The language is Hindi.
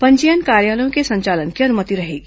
पंजीयन कार्यालयों के संचालन की अनुमति रहेगी